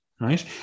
Right